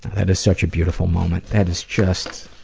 that is such a beautiful moment. that is just.